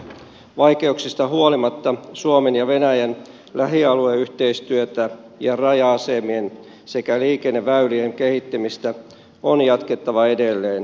vaikeuksista huolimatta suomen ja venäjän lähialueyhteistyötä ja raja asemien sekä liikenneväylien kehittämistä on jatkettava edelleen